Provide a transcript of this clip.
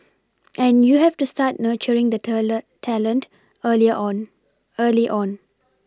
and you have to start nurturing the teller the talent early on early on